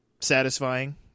satisfying